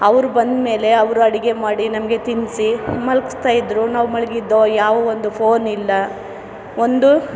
ಅವರು ಬಂದ್ಮೇಲೆ ಅವ್ರು ಅಡುಗೆ ಮಾಡಿ ನಮಗೆ ತಿನ್ನಿಸಿ ಮಲ್ಗಿಸ್ತಾ ಇದ್ದರು ನಾವು ಮಲಗಿದ್ದೋ ಯಾವೊಂದು ಫೋನ್ ಇಲ್ಲ ಒಂದು